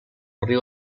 riu